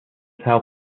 how